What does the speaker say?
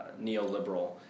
neoliberal